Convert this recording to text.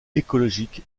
écologique